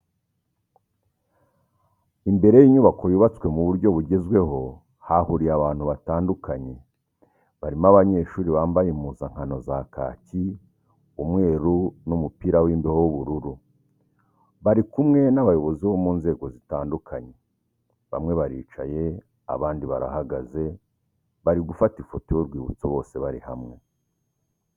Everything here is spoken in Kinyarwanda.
Imbere y'inyubako yubatswe mu buryo bugezweho hahuriye abantu batandukanye barimo abanyeshuri bambaye impuzankano za kaki, umweru n'umupira w'imbeho w'ubururu bari kumwe n'abayobozi bo mu nzego zitandukanye, bamwe baricaye abandi barahagaze bari gufata ifoto y'urwibutso bose bari hamwe.